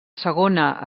segona